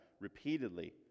repeatedly